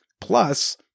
Plus